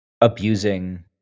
abusing